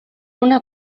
una